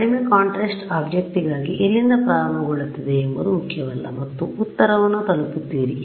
ಕಡಿಮೆ ಕಾಂಟ್ರಾಸ್ಟ್ ಆಬ್ಜೆಕ್ಟ್ಗಾಗಿ ಎಲ್ಲಿಂದ ಪ್ರಾರಂಭಗೊಳ್ಳುತ್ತದೆ ಎಂಬುದು ಮುಖ್ಯವಲ್ಲ ಮತ್ತು ಉತ್ತರವನ್ನು ತಲುಪುತ್ತೀರಿ